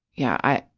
yeah,